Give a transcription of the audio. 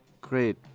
Great